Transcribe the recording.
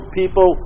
people